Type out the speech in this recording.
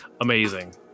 amazing